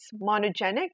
monogenic